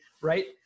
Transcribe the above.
right